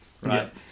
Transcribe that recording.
right